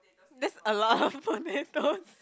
that's a lot of potatoes